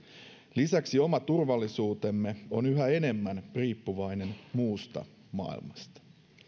lisäksi oma turvallisuutemme on yhä enemmän riippuvainen muusta maailmasta